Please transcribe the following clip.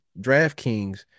DraftKings